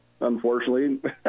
unfortunately